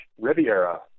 Riviera